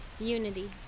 unity